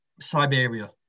siberia